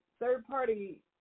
third-party